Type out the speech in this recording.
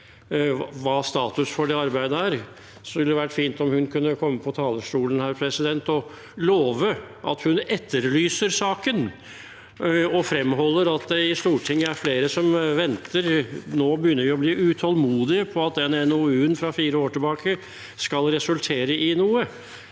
hva status for det arbeidet er, ville det ha vært fint om hun kunne komme på talerstolen og love at hun etterlyser saken. Jeg fremholder at det i Stortinget er flere som venter, og nå begynner vi å bli utålmodige etter at den NOU-en fra fire år siden skal resultere i noe.